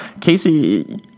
Casey